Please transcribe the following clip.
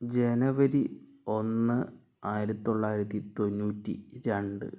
ജനുവരി ഒന്ന് ആയിരത്തി തൊള്ളായിരത്തി തൊണ്ണൂറ്റി രണ്ട്